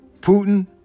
Putin